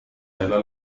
nella